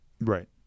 Right